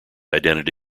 identity